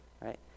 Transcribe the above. right